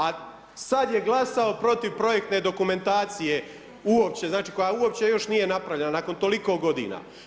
A sad je glasao protiv projektne dokumentacije uopće, znači koja uopće još nije napravljena nakon toliko godina.